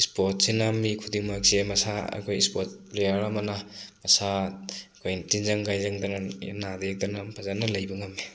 ꯁ꯭ꯄꯣꯔꯠꯁꯤꯅ ꯃꯤ ꯈꯨꯗꯤꯡꯃꯛꯁꯦ ꯃꯁꯥ ꯑꯩꯈꯣꯏ ꯁ꯭ꯄꯣꯔꯠ ꯄ꯭ꯂꯦꯌꯔ ꯑꯃꯅ ꯃꯁꯥ ꯑꯩꯈꯣꯏ ꯇꯤꯟꯖꯪ ꯀꯥꯏꯖꯪꯗꯅ ꯅꯥꯗ ꯌꯦꯛꯇꯅ ꯐꯖꯅ ꯂꯩꯕ ꯉꯝꯃꯤ